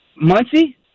Muncie